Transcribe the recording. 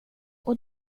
och